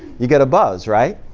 you get a buzz, right?